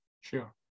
Sure